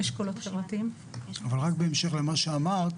רק בהמשך למה שאמרת,